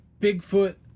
Bigfoot